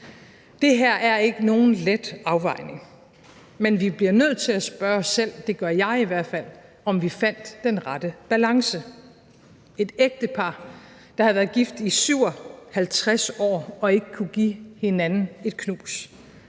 Det her er ikke nogen let afvejning, men vi bliver nødt til at spørge os selv – det gør jeg i hvert fald – om vi fandt den rette balance: Et ægtepar, der havde været gift 57 år, kunne ikke give hinanden et knus;